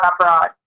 abroad